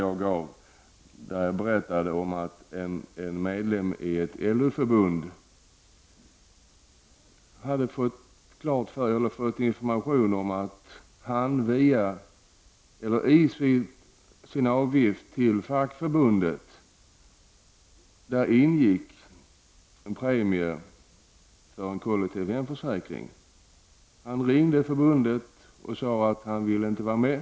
Det gäller alltså vad jag berättade om den medlem i ett LO-förbund som hade fått information om att en premie för kollektiv hemförsäkring ingick i den avgift som den här personen betalade till sitt fackförbund. Vederbörande ringde då upp sitt förbund och sade att han inte ville vara med.